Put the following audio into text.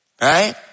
right